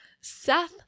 Seth